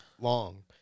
long